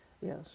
Yes